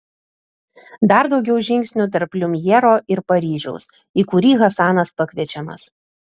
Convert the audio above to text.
dar daugiau žingsnių tarp liumjero ir paryžiaus į kurį hasanas pakviečiamas